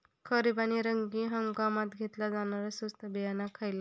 खरीप आणि रब्बी हंगामात घेतला जाणारा स्वस्त बियाणा खयला?